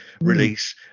release